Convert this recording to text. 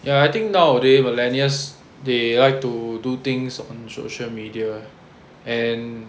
ya I think nowadays millennials they like to do things on social media and